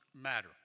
matter